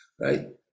right